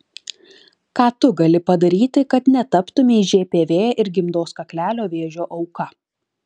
ką tu gali padaryti kad netaptumei žpv ir gimdos kaklelio vėžio auka